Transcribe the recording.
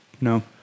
No